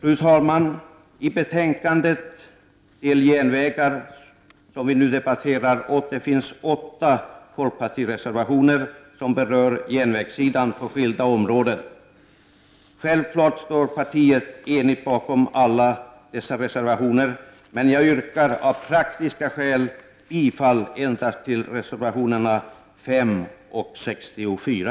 I det betänkande vi nu debatterar återfinns åtta folkpartireservationer som berör järnvägssidan på skilda områden. Självfallet står partiet enigt bakom alla dessa reservationer, men jag yrkar av praktiska skäl bifall endast till reservationerna 5 och 64.